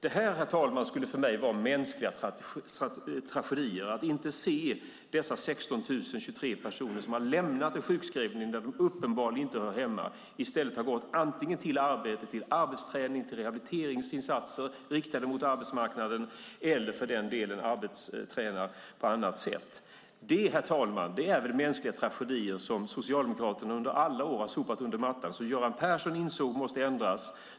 Det skulle för mig, herr talman, vara mänskliga tragedier att inte se dessa 16 023 personer som har lämnat en sjukskrivning där de uppenbarligen inte hör hemma och i stället har gått antingen till arbete, till arbetsträning, till rehabiliteringsinsatser riktade mot arbetsmarknaden eller som, för den delen, arbetstränar på annat sätt. Detta, herr talman, är mänskliga tragedier som Socialdemokraterna i alla år har sopat under mattan. Göran Persson insåg att detta måste ändras.